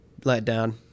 letdown